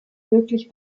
möglich